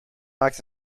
maakt